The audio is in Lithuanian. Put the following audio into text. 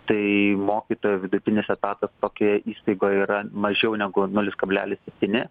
tai mokytojo vidutinis etatas tokioje įstaigoje yra mažiau negu nulis kablelis septyni